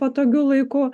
patogiu laiku